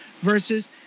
versus